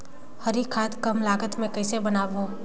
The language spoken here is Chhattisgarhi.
हरी खाद कम लागत मे कइसे बनाबो?